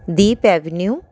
Deep avenue